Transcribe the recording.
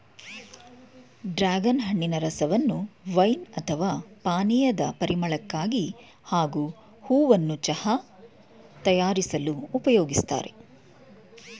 dragon ಹಣ್ಣಿನ ರಸವನ್ನು wine ಅಥವಾ ಪಾನೀಯದ ಪರಿಮಳಕ್ಕಾಗಿ ಹಾಗೂ ಹೂವನ್ನ ಚಹಾ ತಯಾರಿಸಲು ಉಪಯೋಗಿಸ್ತಾರೆ